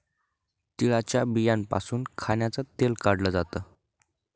तिळाच्या बियांपासून खाण्याचं तेल काढल जात